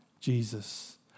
Jesus